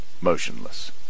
motionless